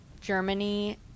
Germany